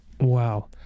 Wow